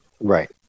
Right